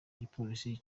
igipolisi